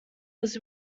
was